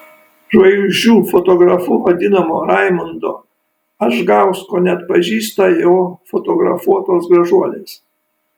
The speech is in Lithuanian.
žvaigždžių fotografu vadinamo raimundo adžgausko neatpažįsta jo fotografuotos gražuolės